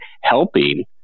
helping